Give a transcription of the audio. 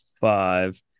five